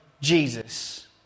Jesus